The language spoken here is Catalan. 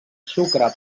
sucre